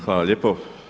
Hvala lijepo.